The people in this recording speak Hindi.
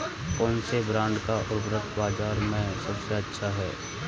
कौनसे ब्रांड का उर्वरक बाज़ार में सबसे अच्छा हैं?